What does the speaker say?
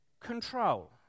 Control